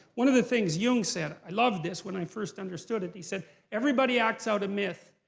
one of the things jung said, i loved this, when i first understood it, he said everybody acts out a myth,